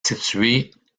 située